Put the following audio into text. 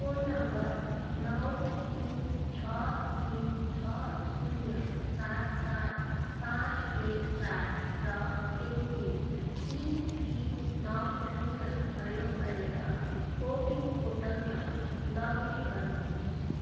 phone number नौ तिन छ तिन छ शून्य सात सात पाँच एक चार र एमपिन तिन तिन नौ शून्य प्रयोग गरेर कोविन पोर्टलमा लगइन गर्नुहोस्